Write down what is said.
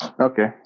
Okay